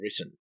written